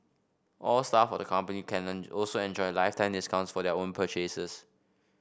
all staff of the company can learn also enjoy lifetime discounts for their own purchases